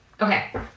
Okay